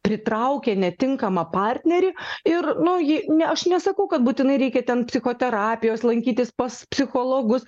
pritraukė netinkamą partnerį ir nu jei ne aš nesakau kad būtinai reikia ten psichoterapijos lankytis pas psichologus